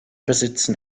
besitzen